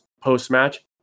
post-match